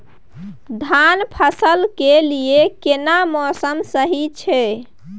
धान फसल के लिये केना मौसम सही छै?